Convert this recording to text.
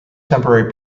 temporary